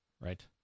Right